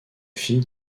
fille